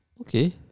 Okay